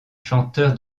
chanteur